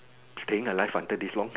staying alive until this long